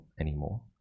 anymore